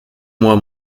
moi